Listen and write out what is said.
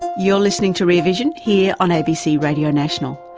you're listening to rear vision, here on abc radio national.